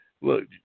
look